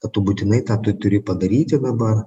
kad tu būtinai tą tu turi padaryti dabar